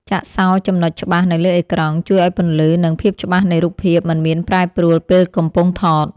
ចាក់សោរចំណុចច្បាស់នៅលើអេក្រង់ជួយឱ្យពន្លឺ និង ភាពច្បាស់នៃរូបភាពមិនមានប្រែប្រួលពេលកំពុងថត។